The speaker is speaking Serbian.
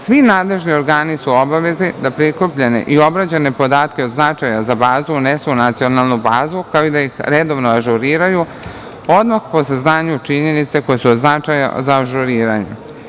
Svi nadležni organi su obavezni da prikupljene i obrađene podatke od značaja za bazu unesu u nacionalnu bazu, kao i da ih redovno ažuriraju odmah po saznanju činjenica koje su od značaja za ažuriranje.